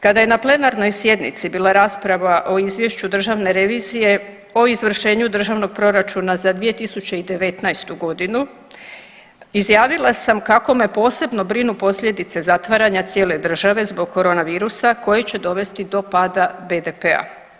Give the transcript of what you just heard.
Kada je na plenarnoj sjednici bila rasprava o izvješću državne revizije o izvršenju državnog proračuna za 2019.g. izjavila sam kako me posebno brinu posljedice zatvaranja cijele države zbog koronavirusa koji će dovesti do pada BDP-a.